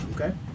Okay